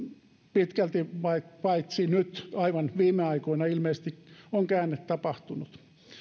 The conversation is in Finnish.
pitkälti paitsi nyt aivan viime aikoina ilmeisesti on käänne tapahtunut